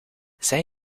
zij